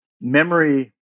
memory